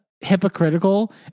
hypocritical